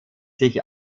sich